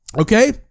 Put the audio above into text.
Okay